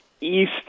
east